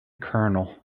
colonel